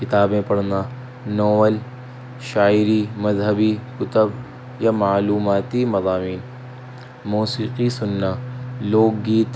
کتابیں پڑھنا ناول شاعری مذہبی کتب یا معلوماتی مضامین موسیقی سننا لوک گیت